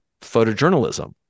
photojournalism